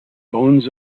bones